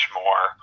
more